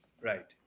Right